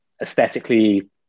aesthetically